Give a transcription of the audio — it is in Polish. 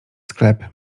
sklep